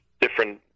different